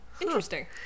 Interesting